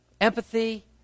empathy